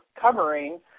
covering